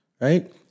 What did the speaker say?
Right